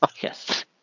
Yes